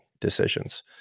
decisions